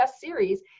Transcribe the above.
series